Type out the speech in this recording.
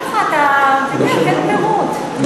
ככה אתה, תן פירוט,